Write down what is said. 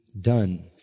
done